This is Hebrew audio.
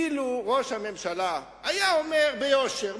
אילו ראש הממשלה היה אומר ביושר,